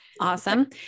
Awesome